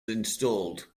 installed